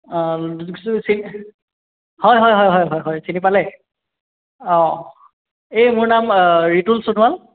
অঁ চিক হয় হয় হয় হয় হয় চিনি পালে অঁ এই মোৰ নাম ৰিতুল সোণোৱাল